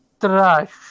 trash